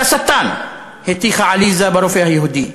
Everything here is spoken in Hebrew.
"אתה שטן", הטיחה עליזה ברופא היהודי.